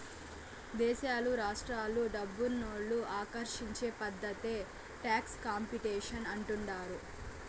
దేశాలు రాష్ట్రాలు డబ్బునోళ్ళు ఆకర్షించే పద్ధతే టాక్స్ కాంపిటీషన్ అంటుండారు